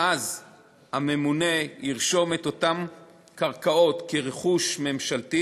ואז הממונה ירשום את אותן קרקעות כרכוש ממשלתי,